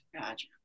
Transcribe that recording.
Gotcha